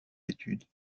études